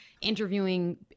interviewing